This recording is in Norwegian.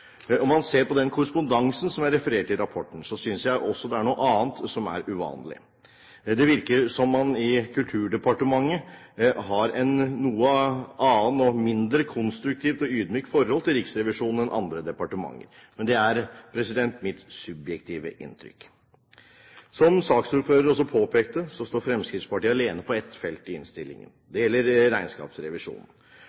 Om man ser på den korrespondansen som er referert i rapporten, synes jeg også det er noe annet som er uvanlig. Det virker som man i Kulturdepartementet har et noe annet og mindre konstruktivt og ydmykt forhold til Riksrevisjonen enn andre departementer har. Men det er mitt subjektive inntrykk. Som saksordføreren også påpekte, står Fremskrittspartiet alene på ett felt i innstillingen.